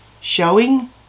Showing